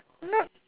not